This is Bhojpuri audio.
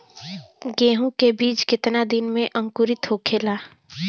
गेहूँ के बिज कितना दिन में अंकुरित होखेला?